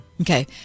Okay